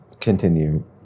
continue